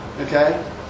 Okay